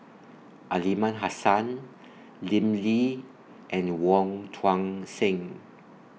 Aliman Hassan Lim Lee and Wong Tuang Seng